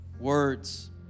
words